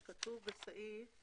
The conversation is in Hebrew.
זה כתוב בסעיף